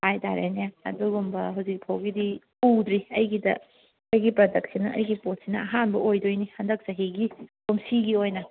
ꯍꯥꯏꯇꯥꯔꯦꯅꯦ ꯑꯗꯨꯒꯨꯝꯕ ꯍꯧꯖꯤꯛꯐꯥꯎꯒꯤꯗꯤ ꯎꯗ꯭ꯔꯤ ꯑꯩꯒꯤꯗ ꯑꯩꯒꯤ ꯄꯔꯗꯛꯁꯤꯅ ꯑꯩꯒꯤ ꯄꯣꯠꯁꯤꯅ ꯑꯍꯥꯟꯕ ꯑꯣꯏꯗꯣꯏꯅꯤ ꯍꯟꯗꯛ ꯆꯍꯤꯒꯤ ꯀꯨꯝꯁꯤꯒꯤ ꯑꯣꯏꯅ